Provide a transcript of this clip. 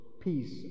Peace